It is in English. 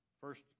First